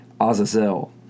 Azazel